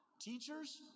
Teachers